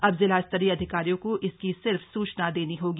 अब जिलास्तरीय अधिकारियों को इसकी सिर्फ सूचना देनी होगी